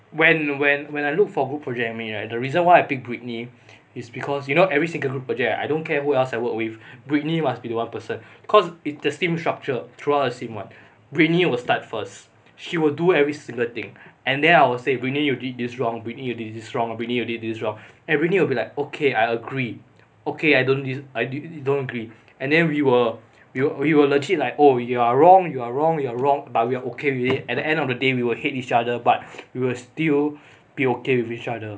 when when when I look for group project mate right the reason why I pick britney is because you know every single group project I don't care who else I work with britney must be the one person cause it the same structure throughout the same [one] britney will start first she will do every single thing and then I will say britney you did this wrong britney you did this wrong britney everything will be like okay I agree okay I don't I don't agree and then we will we will we will will legit like oh you are wrong you are wrong you are wrong but we are okay with it at the end of the day we will hate each other but we will still be okay with each other